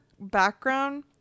background